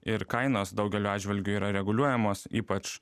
ir kainos daugeliu atžvilgių yra reguliuojamos ypač